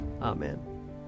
Amen